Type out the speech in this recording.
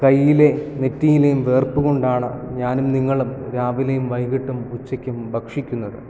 കയ്യിലെ നെറ്റിയിലെയും വിയർപ്പ് കൊണ്ടാണ് ഞാനും നിങ്ങളും രാവിലെയും വൈകിട്ടും ഉച്ചയ്ക്കും ഭക്ഷിക്കുന്നത്